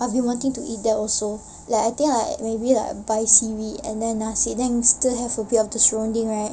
I've been wanting to eat that also like I think maybe buy seaweed and then nasi then we still have a bit of the serunding right